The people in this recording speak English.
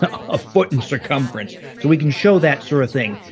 ah a foot in circumference. so we can show that sorta thing,